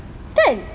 kan